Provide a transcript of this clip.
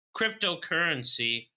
cryptocurrency